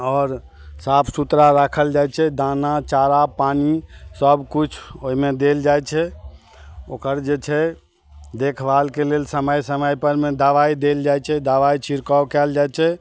आओर साफ सुथरा राखल जाइत छै दाना चारा पानि सबकिछु ओहिमे देल जाइत छै ओकर जे छै देखभालके लेल समय समय परमे दबाइ देल जाइत छै दबाइ छिड़काव कयल जाइत छै